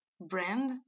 brand